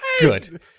Good